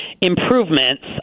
improvements